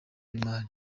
n’imari